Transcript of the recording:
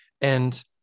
And-